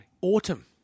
Autumn